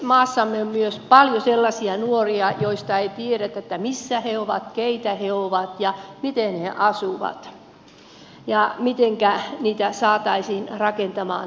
maassamme on myös paljon sellaisia nuoria joista ei tiedetä missä he ovat keitä he ovat ja miten he asuvat ja mitenkä heitä saataisiin rakentamaan tätä yhteiskuntaa